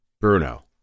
Bruno